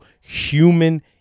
human